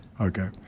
Okay